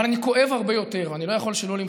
אבל אני כואב הרבה יותר, ואני לא יכול שלא למחות,